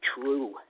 true